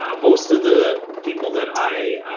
ah most of the people that i,